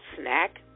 snack